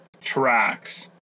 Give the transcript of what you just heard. Tracks